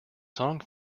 song